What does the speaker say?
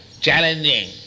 challenging